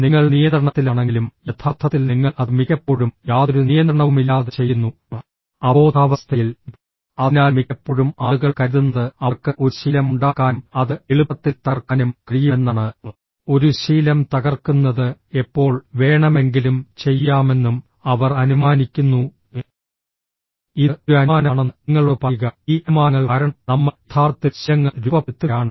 നിങ്ങൾ നിയന്ത്രണത്തിലാണെങ്കിലും യഥാർത്ഥത്തിൽ നിങ്ങൾ അത് മിക്കപ്പോഴും യാതൊരു നിയന്ത്രണവുമില്ലാതെ ചെയ്യുന്നു അബോധാവസ്ഥയിൽ അതിനാൽ മിക്കപ്പോഴും ആളുകൾ കരുതുന്നത് അവർക്ക് ഒരു ശീലം ഉണ്ടാക്കാനും അത് എളുപ്പത്തിൽ തകർക്കാനും കഴിയുമെന്നാണ് ഒരു ശീലം തകർക്കുന്നത് എപ്പോൾ വേണമെങ്കിലും ചെയ്യാമെന്നും അവർ അനുമാനിക്കുന്നു ഇത് ഒരു അനുമാനമാണെന്ന് നിങ്ങളോട് പറയുക ഈ അനുമാനങ്ങൾ കാരണം നമ്മൾ യഥാർത്ഥത്തിൽ ശീലങ്ങൾ രൂപപ്പെടുത്തുകയാണ്